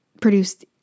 produced